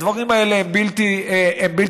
הדברים האלה הם בלתי נסבלים,